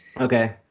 Okay